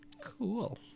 Cool